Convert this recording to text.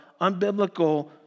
unbiblical